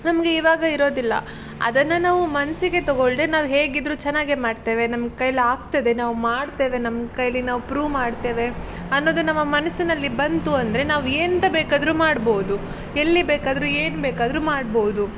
ನಮಗೆ ಇವಾಗ ಇರೋದಿಲ್ಲ ಅದನ್ನು ನಾವು ಮನಸ್ಸಿಗೆ ತೊಗೊಳ್ಳದೆ ನಾವು ಹೇಗಿದ್ರೂ ಚೆನ್ನಾಗಿ ಮಾಡ್ತೇವೆ ನಮ್ಮ ಕೈಲಿ ಆಗ್ತದೆ ನಾವು ಮಾಡ್ತೇವೆ ನಮ್ಮ ಕೈಲಿ ನಾವು ಪ್ರೂವ್ ಮಾಡ್ತೇವೆ ಅನ್ನೋದು ನಮ್ಮ ಮನಸ್ಸಿನಲ್ಲಿ ಬಂತು ಅಂದರೆ ನಾವು ಎಂಥ ಬೇಕಾದರೂ ಮಾಡ್ಬೋದು ಎಲ್ಲಿ ಬೇಕಾದರೂ ಏನು ಬೇಕಾದರೂ ಮಾಡ್ಬೋದು